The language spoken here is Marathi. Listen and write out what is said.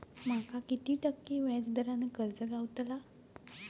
माका किती टक्के व्याज दरान कर्ज गावतला?